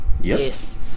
Yes